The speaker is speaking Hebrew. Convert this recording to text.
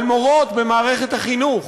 על מורות במערכת החינוך,